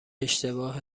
اشتباه